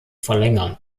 verlängern